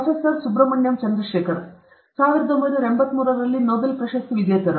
professor Subrahmanyan Chandrasekhar Nobel ಪ್ರಶಸ್ತಿ ವಿಜೇತ 1983